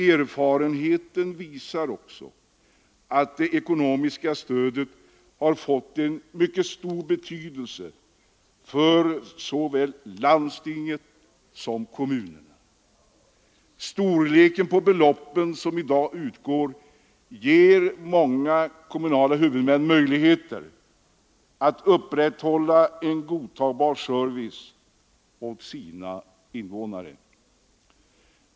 Erfarenheten visar också att det ekonomiska stödet har fått en mycket stor betydelse får såväl landstinget som kommunerna. Storleken på beloppen som i dag utgår ger många kommunala huvudmän möjligheter att upprätthålla en godtagbar service åt sina invånare.